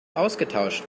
ausgetauscht